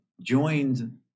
joined